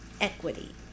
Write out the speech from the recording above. equity